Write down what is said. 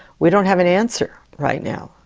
we don't have an answer right now.